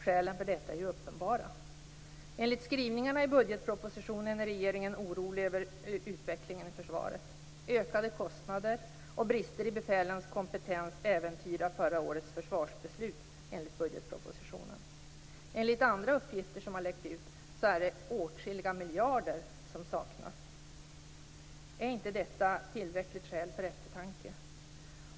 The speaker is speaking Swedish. Skälen för detta är uppenbara. Enligt skrivningarna i budgetpropositionen är regeringen orolig över utvecklingen i försvaret. Ökade kostnader och brister i befälens kompetens äventyrar förra årets försvarsbeslut, enligt budgetpropositionen. Enligt andra uppgifter som har läckt ut är det åtskilliga miljarder som saknas. Är inte detta tillräckligt skäl för eftertanke?